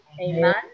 amen